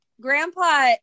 grandpa